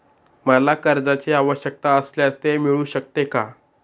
मला कर्जांची आवश्यकता असल्यास ते मिळू शकते का?